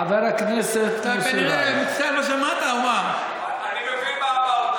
חבר הכנסת מוסי רז,